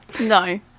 No